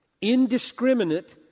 Indiscriminate